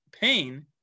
pain